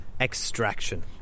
Extraction